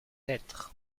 être